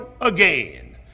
again